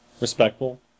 respectful